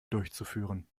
durchzuführen